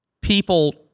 people